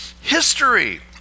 history